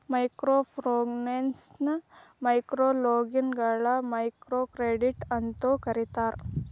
microfinance ಮೈಕ್ರೋಲೋನ್ಗಳ microcredit ಅಂತೂ ಕರೇತಾರ